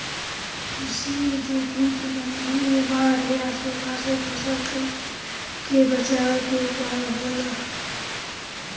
कृषि में जोखिम प्रबंधन में बाढ़ या सुखा से फसल कुल के बचावे के उपाय होला